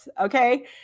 okay